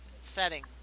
setting